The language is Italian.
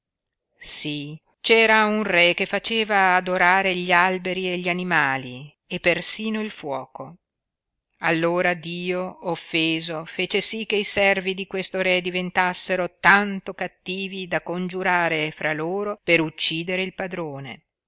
sí c'era un re che faceva adorare gli alberi e gli animali e persino il fuoco allora dio offeso fece sí che i servi di questo re diventassero tanto cattivi da congiurare fra loro per uccidere il padrone